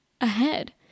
ahead